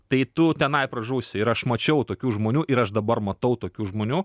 tai tu tenai pražūsi ir aš mačiau tokių žmonių ir aš dabar matau tokių žmonių